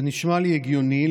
זה נשמע לי הגיוני.